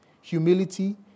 humility